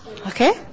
okay